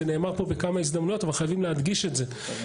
זה נאמר פה בכמה הזדמנויות אבל חייבים להדגיש את זה.